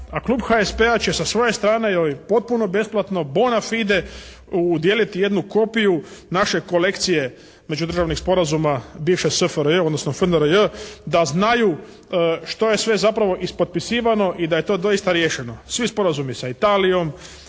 a klub HSP-a će sa svoje strane joj potpuno besplatno bona fide udijeliti jednu kopiju naše kolekcije međudržavnih sporazuma bivše SFRJ, odnosno FNRJ da znaju što je sve zapravo ispotpisivano i da je to doista riješeno, svi sporazumi sa Italijom,